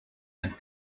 and